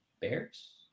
Bears